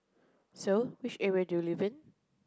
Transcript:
so which area do you live in